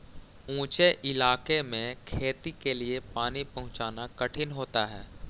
ऊँचे इलाके में खेती के लिए पानी पहुँचाना कठिन होता है